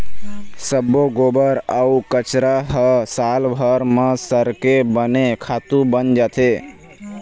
सब्बो गोबर अउ कचरा ह सालभर म सरके बने खातू बन जाथे